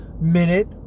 minute